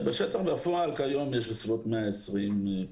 בשטח בפועל, היום יש בסביבות 120 פקחים.